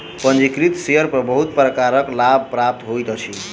पंजीकृत शेयर पर बहुत प्रकारक लाभ प्राप्त होइत अछि